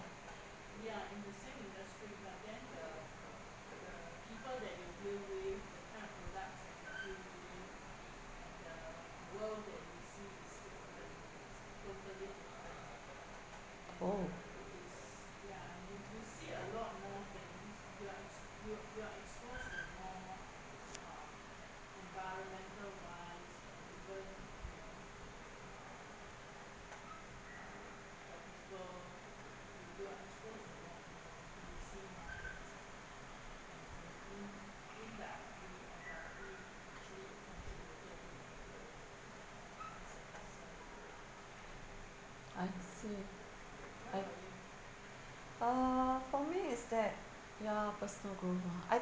oh I see I ah for me is that ya personal goal lah I